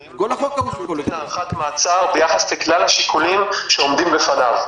--- הארכת מעצר ביחס לכלל השיקולים שעומדים לפניו,